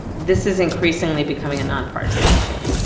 this is increasingly becoming a nonpartisan issue.